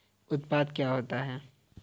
उत्पाद क्या होता है?